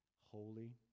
holy